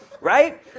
right